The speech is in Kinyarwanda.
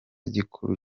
gikuru